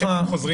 שיקים חוזרים לו.